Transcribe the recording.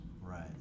Right